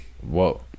Whoa